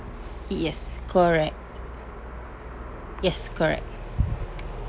yes correct yes correct